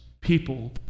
people